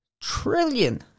trillion